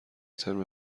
ترم